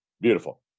Beautiful